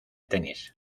tenis